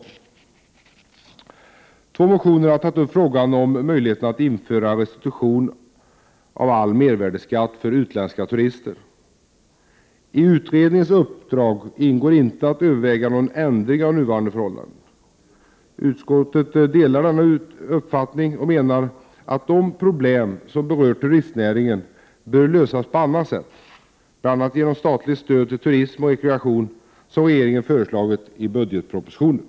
I två motioner har tagits upp frågan om möjligheterna att införa restitution av all mervärdeskatt för utländska turister. I utredningens uppdrag ingår inte att överväga någon ändring av nuvarande förhållande. Utskottet menar att de problem som berör turistnäringen bör lösas på annat sätt, bl.a. genom statligt stöd till turism och rekreation, som regeringen har föreslagit i budgetpropositionen.